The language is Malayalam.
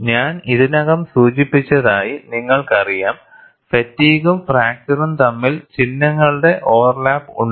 ഞാൻ ഇതിനകം സൂചിപ്പിച്ചതായി നിങ്ങൾക്കറിയാംഫാറ്റിഗ്ഗും ഫ്രാക്ചറും തമ്മിൽ ചിഹ്നങ്ങളുടെ ഓവർലാപ്പ് ഉണ്ട്